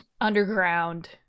underground